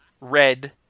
red